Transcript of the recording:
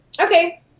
okay